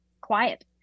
quiet